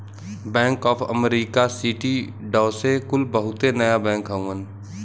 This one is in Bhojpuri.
bank of America, Citi, Deutsche कुल बहुते नया बैंक हउवन